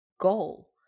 goal